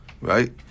Right